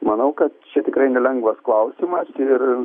manau kad čia tikrai nelengvas klausimas ir